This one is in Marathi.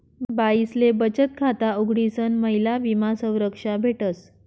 बाईसले बचत खाता उघडीसन महिला विमा संरक्षा भेटस